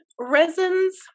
Resins